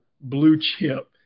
blue-chip